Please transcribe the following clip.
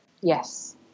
Yes